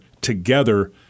together